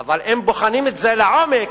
אבל אם בוחנים את זה לעומק,